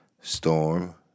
storm